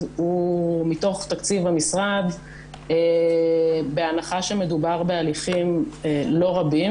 הוא מתוך תקציב המשרד בהנחה שמדובר בהליכים לא רבים.